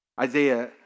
Isaiah